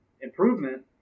Improvement